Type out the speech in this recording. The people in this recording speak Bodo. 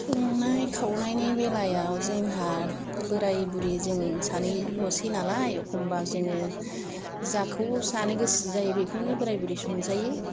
संनाय खावनायनि बेलायाव जोंहा बोराय बुरि जों सानैल'सै नालाय एखम्बा जोङो जेखौ जानो गोसो जायो बेखौनो बोराय बुरि संजायो